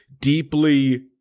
deeply –